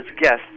guests